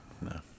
No